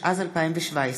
התשע"ז 2017,